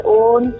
own